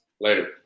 Later